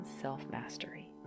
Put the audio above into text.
self-mastery